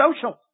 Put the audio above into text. social